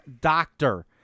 doctor